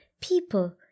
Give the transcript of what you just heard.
people